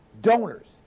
donors